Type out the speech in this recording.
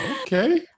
Okay